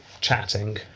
chatting